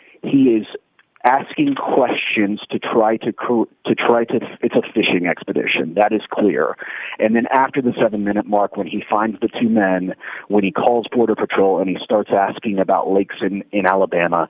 he is asking questions to try to crew to try to it's a fishing expedition that is clear and then after the seven minute mark when he finds the two men what he calls border patrol and he starts asking about leaks and in alabama